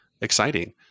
exciting